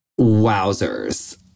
Wowzers